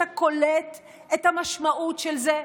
אתה קולט את המשמעות של זה?